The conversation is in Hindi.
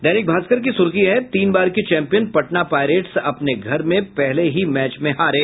दैनिक भास्कर की सुर्खी है तीन बार के चैंपियन पटना पायरेट्स अपने घर में पहले ही मैच में हारे